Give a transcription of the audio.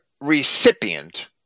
recipient